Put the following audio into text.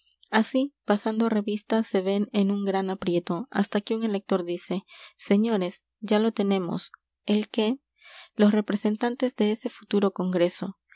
así pasando revista se ven en un gran aprieto hasta que un elector dice señores ya los tenemos el qué los representantes de ese futuro congreso